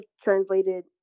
translated